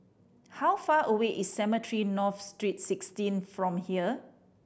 how far away is Cemetry North Street Sixteen from here